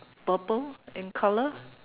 purple in colour